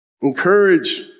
encourage